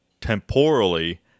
temporally